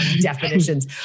definitions